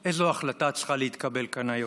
איזו החלטה צריכה להתקבל כאן היום